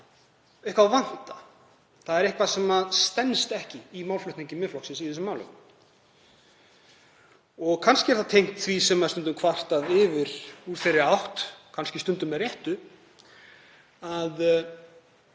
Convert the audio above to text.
eitthvað vanta. Það er eitthvað sem stenst ekki í málflutningi Miðflokksins í þessu máli. Kannski er það tengt því sem stundum er kvartað yfir úr þeirri átt, kannski stundum með réttu, að